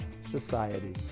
society